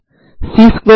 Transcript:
sin μa 0 అవుతుంది